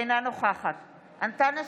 אינה נוכחת אנטאנס